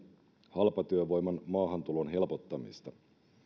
halpatyövoiman maahantulon helpottamista